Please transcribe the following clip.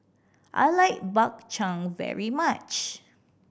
I like Bak Chang very much